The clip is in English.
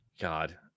God